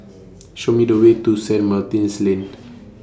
Show Me The Way to Saint Martin's Lane